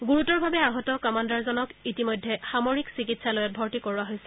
গুৰুতৰভাৱে আহত কমাণ্ডাৰজনক ইতিমধ্যে সামৰিক চিকিৎসালয়ত ভৰ্তি কৰোৱা হৈছে